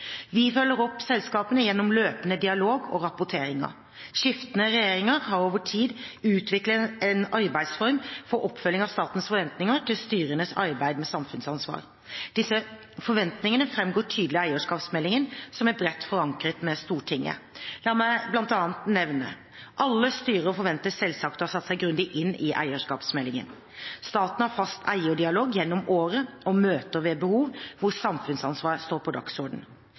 Vi følger opp selskapene gjennom løpende dialog og rapporteringer. Skiftende regjeringer har over tid utviklet en arbeidsform for oppfølging av statens forventninger til styrenes arbeid med samfunnsansvar. Disse forventningene framgår tydelig av eierskapsmeldingen, som er bredt forankret i Stortinget. La meg bl.a. nevne: Alle styrer forventes selvsagt å ha satt seg grundig inn i eierskapsmeldingen. Staten har fast eierdialog gjennom året, og har ved behov møter hvor samfunnsansvar står på